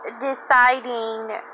deciding